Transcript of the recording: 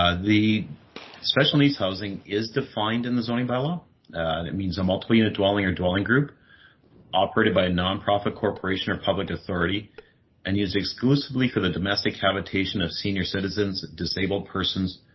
ah the special needs housing is defined in the zoning bylaw, and it means a multiple unit dwelling or dwelling group operated by a nonprofit corporation or public authority and used exclusively for the domestic habitation of senior citizens. disabled persons.